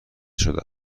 شده